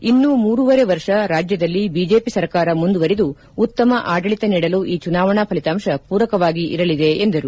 ಇನ್ನೂ ಮೂರುವರೆ ವರ್ಷ ರಾಜ್ಕದಲ್ಲಿ ಬಿಜೆಪಿ ಸರ್ಕಾರ ಮುಂದುವರಿದು ಉತ್ತಮ ಆಡಳಿತ ನೀಡಲು ಈ ಚುನಾವಣಾ ಫಲಿತಾಂಶ ಮೂರಕವಾಗಿ ಇರಲಿದೆ ಎಂದರು